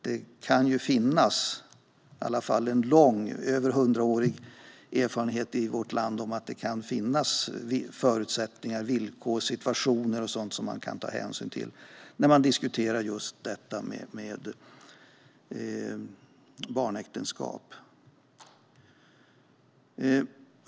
Det finns en lång, i alla fall mer än hundraårig, erfarenhet i vårt land av att det kan finnas förutsättningar, villkor och situationer som man kan ta hänsyn till när man diskuterar barnäktenskap.